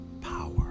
power